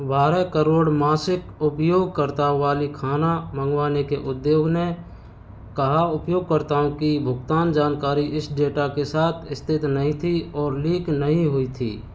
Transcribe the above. बारह करोड़ मासिक उपयोगकर्ताओं वाली खाना मंगवाने के उद्योग ने कहा उपयोगकर्ताओं की भुगतान जानकारी इस डेटा के साथ स्थित नहीं थी और लीक नहीं हुई थी